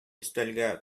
өстәлгә